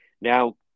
Now